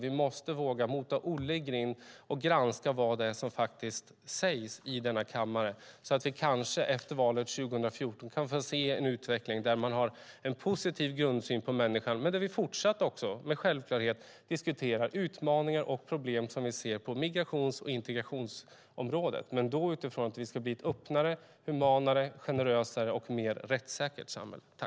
Vi måste våga mota Olle i grind och granska vad det är som faktiskt sägs i denna kammare så att vi kanske efter valet 2014 kan få se en utveckling där man har en positiv grundsyn på människan, men där vi fortsatt också med självklarhet diskuterar utmaningar och problem som vi ser på migrations och integrationsområdet. Men då ska vi göra det utifrån att vi ska bli ett öppnare och mer humant, generöst och rättssäkert samhälle.